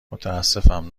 متاسفم